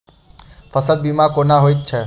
फसल बीमा कोना होइत छै?